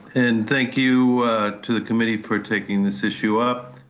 and thank you to the committee for taking this issue up.